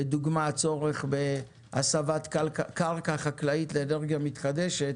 לדוגמה, הצורך בהסבת קרקע חקלאית לאנרגיה מתחדשת,